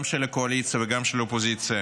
גם של הקואליציה וגם של האופוזיציה,